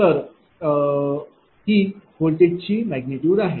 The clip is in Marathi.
तर ही व्होल्टेज ची मॅग्निट्यूड आहे